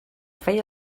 feia